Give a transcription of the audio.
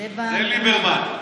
זה ליברמן.